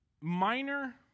minor